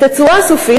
בתצורה הסופית,